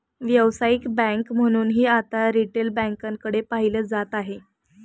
व्यावसायिक बँक म्हणूनही आता रिटेल बँकेकडे पाहिलं जात आहे